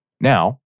Now